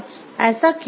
ऐसा क्यों हुआ